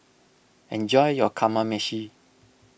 enjoy your Kamameshi